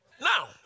Now